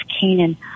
Canaan